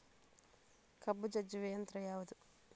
ಕಬ್ಬು ಜಜ್ಜುವ ಯಂತ್ರ ಯಾವುದು?